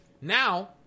Now